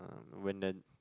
uh went then